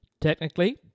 Technically